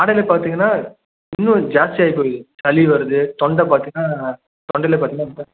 காலையில பார்த்திங்கன்னா இன்னும் ஜாஸ்தியாகி போய் சளி வருது தொண்டை பார்த்தினா தொண்டையில் பார்த்திங்னா இப்போ